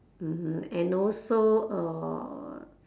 mmhmm and also uh